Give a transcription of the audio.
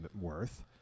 worth